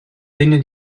degno